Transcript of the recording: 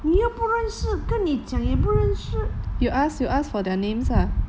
你又不认识跟你讲你也不认识